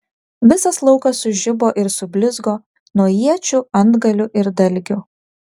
visas laukas sužibo ir sublizgo nuo iečių antgalių ir dalgių